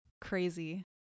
crazy